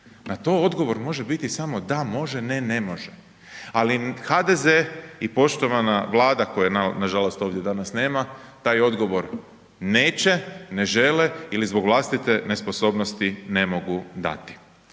Na to odgovor može biti samo da, može, ne, ne može. Ali HDZ i poštovana Vlada koje nažalost ovdje danas nema taj odgovor neće, ne žele ili zbog vlastite nesposobnosti ne mogu dati.